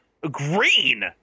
green